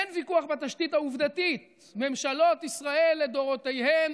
אין ויכוח בתשתית העובדתית: ממשלות ישראל לדורותיהן,